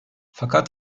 fakat